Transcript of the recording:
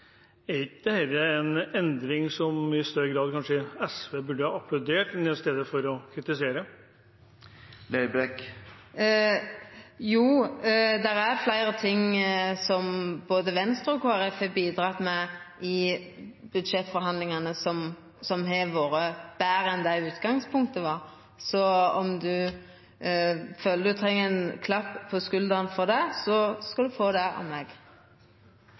SV kanskje i større grad burde applaudert istedenfor å kritisere? Jo, det er fleire ting som både Venstre og Kristeleg Folkeparti har bidratt med i budsjettforhandlingane, som har vore betre enn det utgangspunktet var. Så om representanten føler han treng ein klapp på skuldra for det, skal han få det av meg.